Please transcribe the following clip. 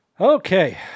Okay